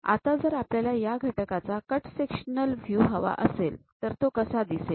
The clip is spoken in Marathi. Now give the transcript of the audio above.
आता जर आपल्याला ह्या घटकाचा कट सेक्शनल व्ह्यू हवा असेल तर तो कसा दिसेल